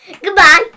Goodbye